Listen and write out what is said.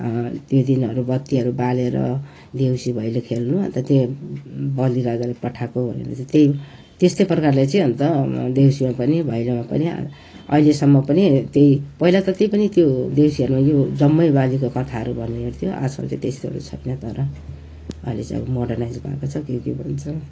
त्यो दिनहरू बत्तीहरू बालेर देउसी भैलो खेल्नु अन्त त्यही बलि राजाले पठाएको भनेपछि त्यही त्यस्तै प्रकारले चाहिँ अन्त देउसीमा पनि भैलोमा पनि अहिलेसम्म पनि त्यही पहिला त त्यही पनि त्यो देउसीहरूमा यो जम्मै बलिको कथाहरू भन्नेगर्थ्यो आजकल चाहिँ त्यस्तोहरू छैन तर अहिले चाहिँ मोर्डनाइज भएको छ के के भन्छ